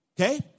Okay